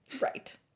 Right